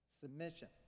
submission